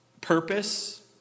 purpose